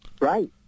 Right